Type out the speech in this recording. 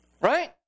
Right